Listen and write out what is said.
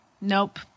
Nope